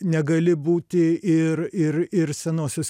negali būti ir ir ir senosios